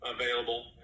available